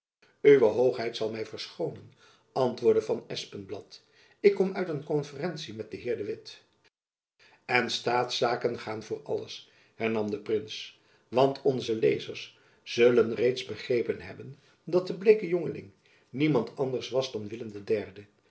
uwe hoogheid zal my verschoonen antwoordde van espenblad ik kom uit een konferentie met den heer de witt en staatszaken gaan voor alles hernam de prins want onze lezers zullen reeds begrepen hebben dat de bleeke jongeling niemand anders was dan willem